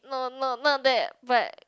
no no not that but